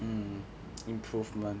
mm improvement